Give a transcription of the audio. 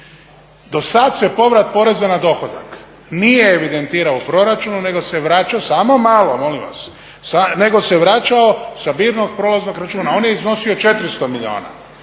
Do sada se povrat poreza na dohodak nije evidentirao u proračunu nego se vraća, samo malo, molim vas, nego se vraćao sa birnog prolaznog računa, on je iznosio 400 milijuna.